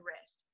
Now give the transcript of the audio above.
rest